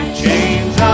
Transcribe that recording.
chains